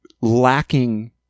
lacking